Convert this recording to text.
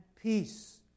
peace